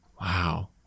Wow